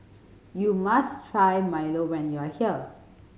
you must try milo when you are here